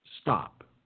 stop